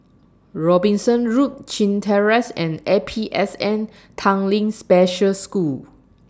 Robinson Road Chin Terrace and A P S N Tanglin Special School